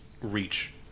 reach